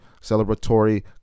celebratory